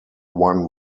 one